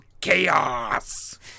chaos